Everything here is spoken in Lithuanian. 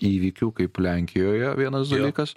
įvykių kaip lenkijoje vienas dalykas